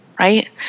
Right